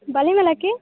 ବାଲିମେଲା କି